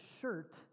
shirt